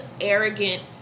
arrogant